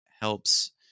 helps